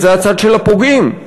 וזה הצד של הפוגעים.